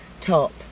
top